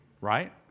Right